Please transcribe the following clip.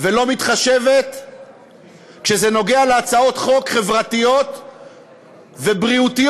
ולא מתחשבת כשזה נוגע להצעות חוק חברתיות ובריאותיות,